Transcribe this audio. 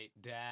dad